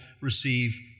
receive